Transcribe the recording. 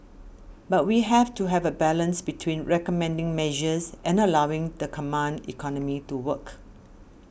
but we have to have a balance between recommending measures and allowing the command economy to work